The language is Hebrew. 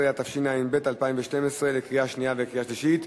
11), התשע"ב 2012, לקריאה שנייה ולקריאה שלישית.